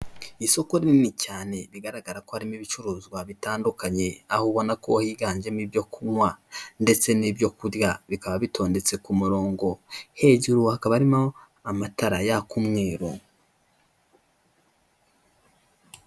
Isoko nini cyane bigaragara ko harimo ibicuruzwa bitandukanye, aho ubona ko higanjemo ibyo kunywa ndetse n'ibyo kurya bikaba bitondetse ku murongo. Hejuru hakaba harimo amatara yaka umweru.